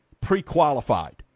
pre-qualified